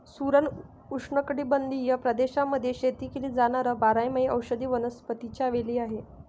सुरण उष्णकटिबंधीय प्रदेशांमध्ये शेती केली जाणार बारमाही औषधी वनस्पतीच्या वेली आहे